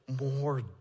more